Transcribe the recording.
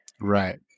Right